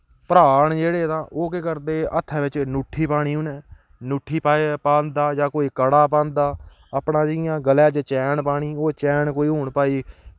भ्राऽ न जेह्ड़े तां ओह् केह् करदे हत्थै बिच्च नूठी पानी उ'नें नूठी पांदा जां कोई कड़ा पांदा अपना जियां गले च चैन पानी ओह् चैन कोई हून भाई